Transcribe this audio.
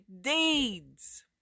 deeds